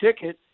ticket